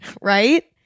Right